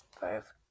five